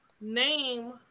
name